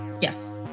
yes